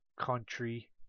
country